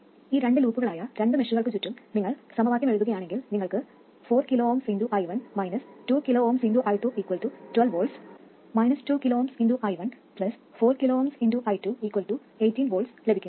ഈ രണ്ട് ലൂപ്പുകളായ രണ്ട് മെഷുകൾക്ക് ചുറ്റും നിങ്ങൾ സമവാക്യം എഴുതുകയാണെങ്കിൽ നിങ്ങൾക്ക് 4 kΩ i1 2 kΩ i2 12 V 2 kΩ i1 4 kΩ i2 18 V ലഭിക്കും